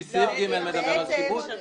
כי סעיף (ג) מדבר על שיבוץ.